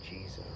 Jesus